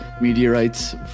meteorites